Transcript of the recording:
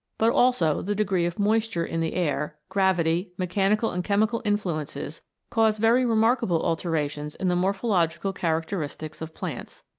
but also the degree of moisture in the air, gravity, mechanical and chemical influences cause very remarkable alterations in the morphological characteristics of plants.